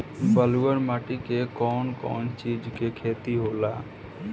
ब्लुअट माटी में कौन कौनचीज के खेती होला?